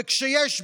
וכשיש בעיה,